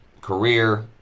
career